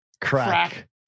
crack